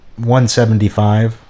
175